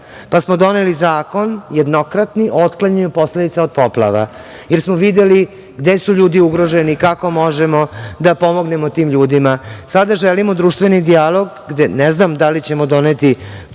Pa smo doneli zakon jednokratni o otklanjanju posledica od poplava, jer smo videli gde su ljudi ugroženi, kako možemo da pomognemo tim ljudima. Sada želimo društveni dijalog, gde ne znam da li ćemo doneti zakon,